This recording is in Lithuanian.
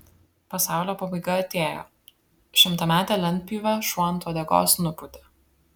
pasaulio pabaiga atėjo šimtametę lentpjūvę šuo ant uodegos nupūtė